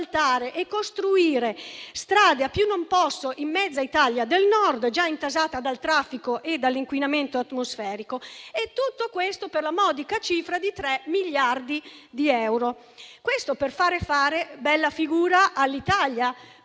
e costruire strade a più non posso in mezza Italia del Nord, già intasata dal traffico e dall'inquinamento atmosferico. Tutto questo per la modica cifra di 3 miliardi di euro, per far fare bella figura all'Italia,